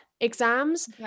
exams